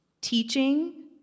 teaching